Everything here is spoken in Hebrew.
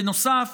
בנוסף,